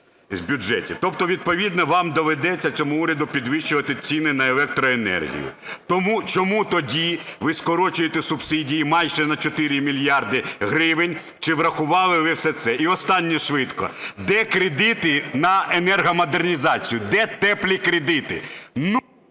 Тобто відповідно вам доведеться, цьому уряду, підвищувати ціни на електроенергію. Тому чому тоді ви скорочуєте субсидії майже на 4 мільярди гривень? Чи врахували ви все це? І останнє швидко. Де кредити на енергомодернізацію? Де "теплі кредити"?